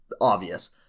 obvious